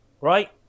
Right